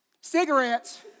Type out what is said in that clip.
cigarettes